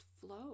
flow